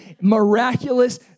miraculous